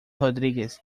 rodríguez